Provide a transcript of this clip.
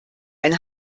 ein